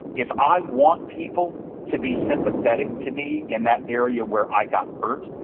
if i want people to be sympathetic to me in that area where i got hurt,